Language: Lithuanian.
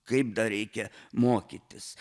kaip dar reikia mokytis